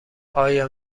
آیا